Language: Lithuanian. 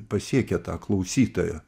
pasiekia tą klausytoją